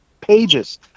pages